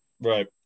Right